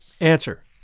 Answer